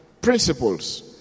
Principles